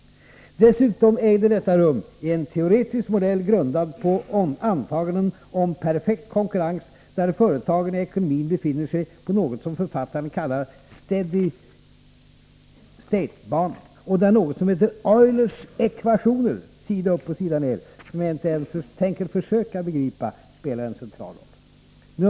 Dessutom ägde detta rum i en teoretisk modell, grundad på antaganden om perfekt konkurrens, där företagen och ekonomin befinner sig på något som författaren kallar steady-state-banan, och där något som heter Eulers ekvationer — som jag inte tänker försöka begripa — spelar en central roll sida upp och sida ned.